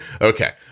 Okay